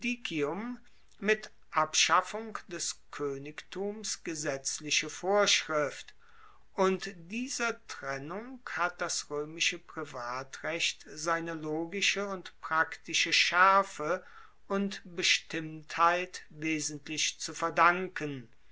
mit abschaffung des koenigtums gesetzliche vorschrift und dieser trennung hat das roemische privatrecht seine logische und praktische schaerfe und bestimmtheit wesentlich zu verdanken